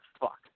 fuck